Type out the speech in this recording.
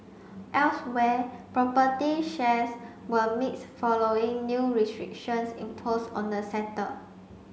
elsewhere property shares were mixed following new restrictions imposed on the sector